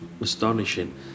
astonishing